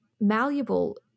malleable